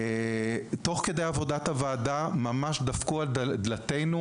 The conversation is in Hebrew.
תוך כדי עבודת הוועדה דפקו על דלתנו